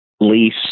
lease